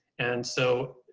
and so,